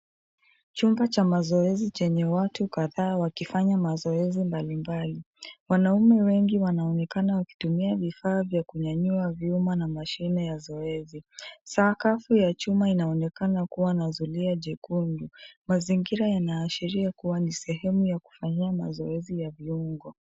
Chumba cha mazoezi chenye watu kadhaa wakifanya mazoezi mbalimbali. Wanaume wengi wanaonekana wakitumia vifaa vya kunyanyua vyuma na mashine ya zoezi. Sakafu ya chuma inaonekana kuwa na zulia jekundu. Mazingira yanaashiria kuwa ni sehemu ya kufanyia mazoezi ya viungo.